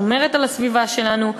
שומרת על הסביבה שלנו,